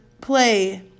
play